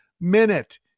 minute